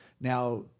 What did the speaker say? Now